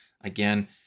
again